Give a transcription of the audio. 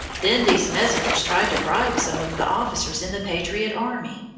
then these messengers tried to bribe some of the officers in the patriot army.